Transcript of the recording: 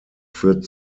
führt